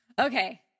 okay